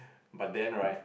but then right